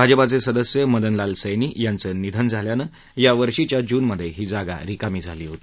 भाजपाचे सदस्य मदन लाल सैनी यांचं निधन झाल्यानं यावर्षीच्या जूनमध्ये ही जागा रिकामी झाली होती